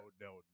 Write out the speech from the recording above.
no